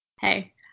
Hey